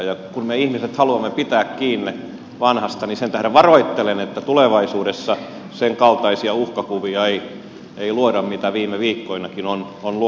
ja kun me ihmiset haluamme pitää kiinni vanhasta niin sen tähden varoittelen että tulevaisuudessa sen kaltaisia uhkakuvia ei luoda joita viime viikkoinakin on luotu